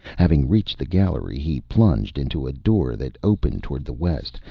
having reached the gallery, he plunged into a door that opened toward the west,